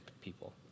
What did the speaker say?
people